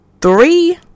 three